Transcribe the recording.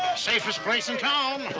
safest place in town.